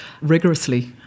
rigorously